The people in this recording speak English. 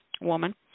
woman